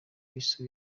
isi